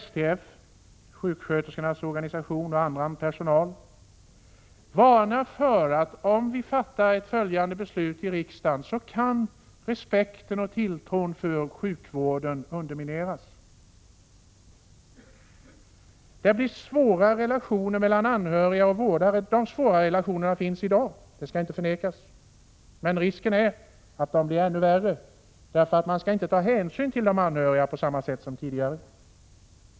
SHSTF, sjuksköterskornas och annan sjukvårdspersonals organisation, varnar för att om riksdagen fattar ett beslut i den här frågan, så kan respekten för och tilltron till sjukvården undermineras. Det blir svåra relationer mellan anhöriga och vårdare. Svårigheter i det avseendet finns i dag, det skall inte förnekas, men risken finns att de blir större, eftersom man inte skall ta hänsyn till anhöriga på samma sätt som tidigare.